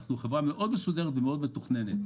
אנחנו חברה מאוד מסודרת ומאוד מתוכננת.